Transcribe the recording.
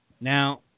Now